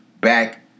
back